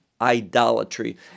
idolatry